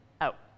out